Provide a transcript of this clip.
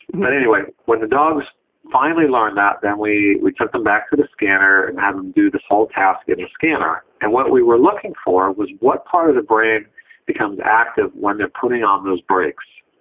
anyway, when the dogs finally learn that then we we took them back to the scanner and had them do this whole task in the scanner, and what we were looking for was what part of the brain becomes active when they are putting on those brakes?